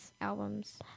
Albums